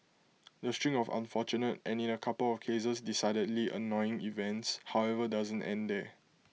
the string of unfortunate and in A couple of cases decidedly annoying events however doesn't end there